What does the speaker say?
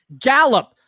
Gallup